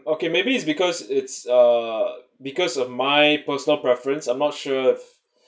okay maybe it's because it's a because of my personal preference I'm not sure if